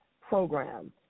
Program